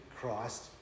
Christ